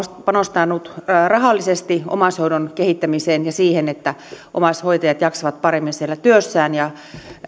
panostanut rahallisesti omaishoidon kehittämiseen ja siihen että omaishoitajat jaksavat paremmin siellä työssään ja